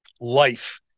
life